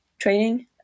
training